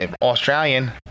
Australian